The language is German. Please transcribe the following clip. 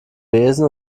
besen